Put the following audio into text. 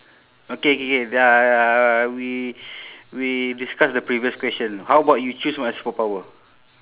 okay K K uh we we discuss the previous question how about you choose my superpower